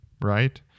right